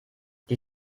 die